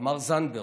תמר זנדברג,